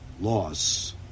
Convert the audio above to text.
loss